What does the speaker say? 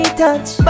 touch